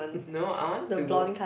no I want to go